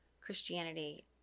Christianity